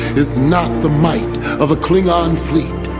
is not the might of a klingon fleet.